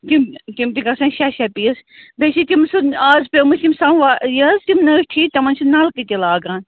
تِم تِم تہِ گژھن شےٚ شےٚ پیٖس بیٚیہِ چھِ تِم سُہ اَز پٮ۪ومٕتۍ یِم سموار یہِ حظ تِم نٔٹۍ ہِوۍ تِمَن چھِ نَلکہٕ تہِ لاگان